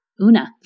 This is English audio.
Una